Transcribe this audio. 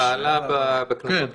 היא פעלה בכנסות קודמות.